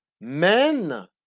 men